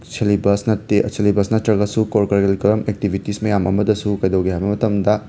syllabus ꯅꯠꯇꯦ syllabus ꯅꯠꯇ꯭ꯔꯒꯁꯨ ꯀꯣ ꯀꯔꯤꯀꯨꯂꯝ ꯑꯦꯛꯇꯤꯕꯤꯇꯤꯁ ꯃꯌꯥꯝ ꯑꯃꯗꯁꯨ ꯀꯩꯗꯧꯒꯦ ꯍꯥꯏꯕ ꯃꯇꯝꯗ